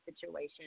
situation